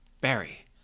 Barry